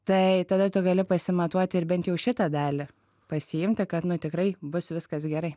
tai tada tu gali pasimatuoti ir bent jau šitą dalį pasiimti kad nu tikrai bus viskas gerai